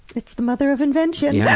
it's the mother of invention! yeah,